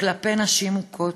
כלפי נשים מוכות.